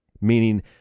meaning